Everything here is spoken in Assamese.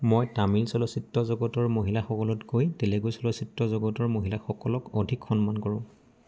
মই তামিল চলচ্চিত্ৰ জগতৰ মহিলাসকলতকৈ তেলেগু চলচ্চিত্ৰ জগতৰ মহিলাসকলক অধিক সন্মান কৰোঁ